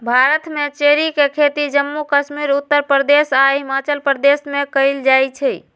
भारत में चेरी के खेती जम्मू कश्मीर उत्तर प्रदेश आ हिमाचल प्रदेश में कएल जाई छई